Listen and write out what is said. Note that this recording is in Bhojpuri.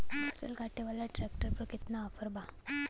फसल काटे वाला ट्रैक्टर पर केतना ऑफर बा?